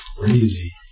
crazy